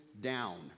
down